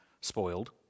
spoiled